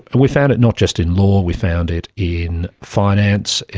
and we found it not just in law, we found it in finance,